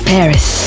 Paris